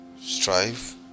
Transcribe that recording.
strive